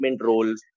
roles